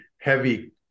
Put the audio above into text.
heavy